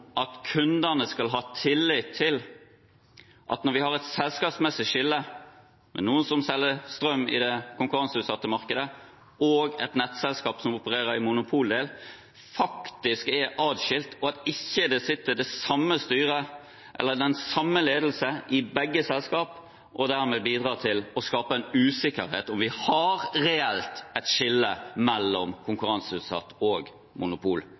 at kundene skal ha tillit til at når det er et selskapsmessig skille, med noen som selger strøm i det konkurranseutsatte markedet, og et nettselskap som opererer som monopol, er disse faktisk atskilt, og at det ikke er det samme styret eller den samme ledelsen i begge selskap, noe som ville bidra til å skape usikkerhet om hvorvidt vi har et reelt skille mellom konkurranseutsatt virksomhet og